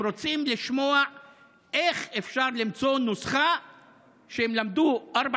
רוצים לשמוע איך אפשר למצוא נוסחה לכך שהם למדו ארבע